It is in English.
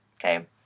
Okay